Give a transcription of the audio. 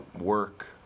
work